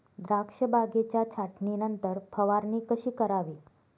द्राक्ष बागेच्या छाटणीनंतर फवारणी कशी करावी?